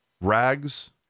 rags